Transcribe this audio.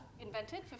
invented